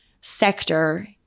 sector